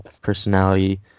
personality